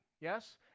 yes